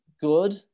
good